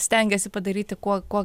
stengėsi padaryti kuo kuo